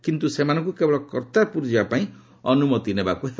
କିନ୍ତୁ ସେମାନଙ୍କୁ କେବଳ କର୍ତ୍ତାରପୁର ଯିବା ପାଇଁ ଅନୁମତି ନେବାକୁ ହେବ